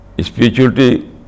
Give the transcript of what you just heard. Spirituality